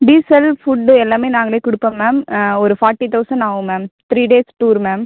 diesel food எல்லாமே நாங்களே கொடுப்போம் மேம் ஒரு ஃபாட்டி தெளசண்ட் ஆகும் ma'am three days tour ma'am